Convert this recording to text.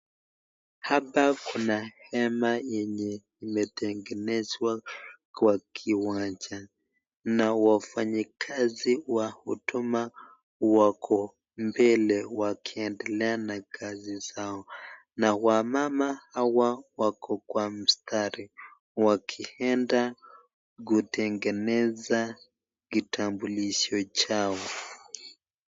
Hapa kuna hema yenye imetengenezwa kwa kiwanja na wafanyikazi wa huduma wako mbele wakifanya kazi zao na wamama hawa wako kwa mstari wakienda kutengeneza kitambulisho chao.